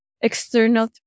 external